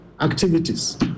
activities